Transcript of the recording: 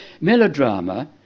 Melodrama